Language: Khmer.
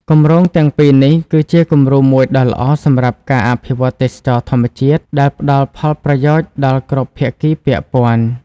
គម្រោងទាំងពីរនេះគឺជាគំរូមួយដ៏ល្អសម្រាប់ការអភិវឌ្ឍទេសចរណ៍ធម្មជាតិដែលផ្តល់ផលប្រយោជន៍ដល់គ្រប់ភាគីពាក់ព័ន្ធ។